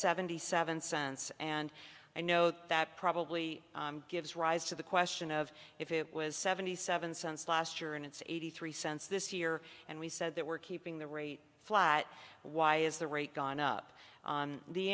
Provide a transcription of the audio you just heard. seventy seven cents and i know that probably gives rise to the question of if it was seventy seven cents last year and it's eighty three cents this year and we said that we're keeping the rate flat why is the rate gone up